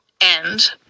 end